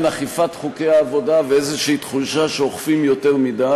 אכיפת חוקי העבודה ואיזו תחושה שאוכפים יותר מדי,